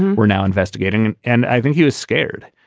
were now investigating. and i think he was scared.